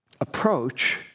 approach